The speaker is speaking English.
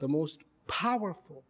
the most powerful